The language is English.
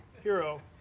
hero